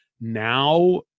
now